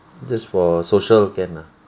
just for social can lah